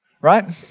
right